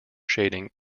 shading